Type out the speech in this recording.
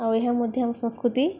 ଆଉ ଏହା ମଧ୍ୟ ଆମ ସଂସ୍କୃତି